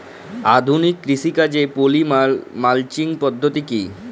আধুনিক কৃষিকাজে poly mulching পদ্ধতি কি?